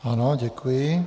Ano, děkuji.